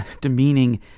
demeaning